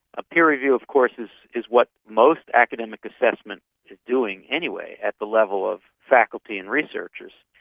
a peer review of course is is what most academic assessment is doing anyway at the level of faculty and researchers.